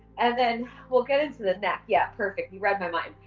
and then we'll get into the neck. yeah, perfect, you read my mind.